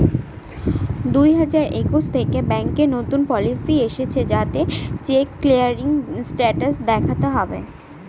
দুই হাজার একুশ থেকে ব্যাঙ্কে নতুন পলিসি এসেছে যাতে চেক ক্লিয়ারিং স্টেটাস দেখাতে হবে